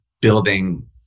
building